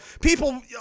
people